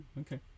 Okay